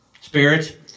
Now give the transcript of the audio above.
spirit